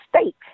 state